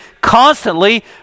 constantly